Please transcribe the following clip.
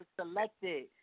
selected